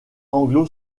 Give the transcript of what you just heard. anglo